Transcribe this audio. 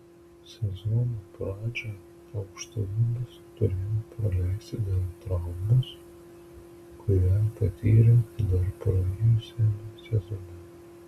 sezono pradžią aukštaūgis turėjo praleisti dėl traumos kurią patyrė dar praėjusiame sezone